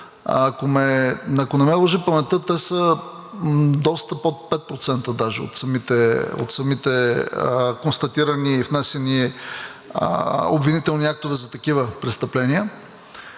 Ако не ме лъже паметта, те са доста под 5% даже от самите констатирани внесени обвинителни актове за такива престъпления.